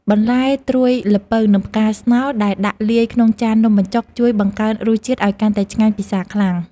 បន្លែត្រួយល្ពៅនិងផ្កាស្នោដែលដាក់លាយក្នុងចាននំបញ្ចុកជួយបង្កើនរសជាតិឱ្យកាន់តែឆ្ងាញ់ពិសាខ្លាំង។